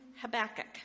Habakkuk